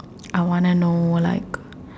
I want to know like